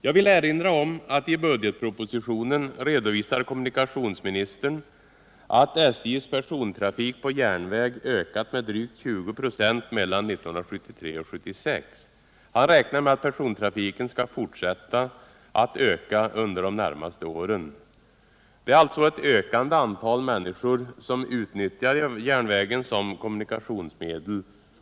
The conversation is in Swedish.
Jag vill erinra om att kommunikationsministern i budgetpropositionen redovisar att SJ:s persontrafik på järnväg ökat med drygt 20 ?4 mellan 1973 och 1976. Han räknar med att persontrafiken skall fortsätta att öka undér de närmaste åren. Det är alltså ett ökande antal människor som utnyttjar järnvägen som kommunikationsmedel.